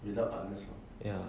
ya